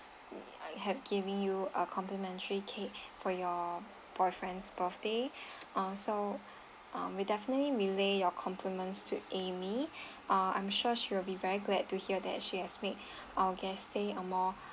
had giving you a complimentary cake for your boyfriend's birthday ah so um we definitely relay your compliments to amy ah I'm sure she will be very glad to hear that she has made our guest stay uh more